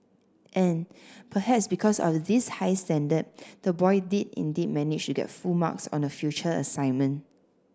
and perhaps because of this high standard the boy did indeed manage to get full marks on a future assignment